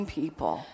people